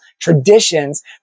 traditions